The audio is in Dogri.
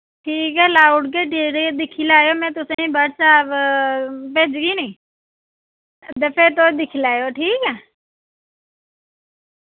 ठीक ऐ लाउड़गे ते एह्दे दिक्खी लैयो मैं तुसें व्हाट्सऐप्प भेजगी नी ते फिर तुस दिक्खी लैयो ठीक ऐ